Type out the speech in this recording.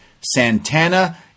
Santana